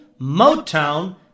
Motown